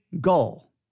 goal